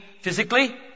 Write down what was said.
physically